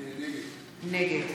נגד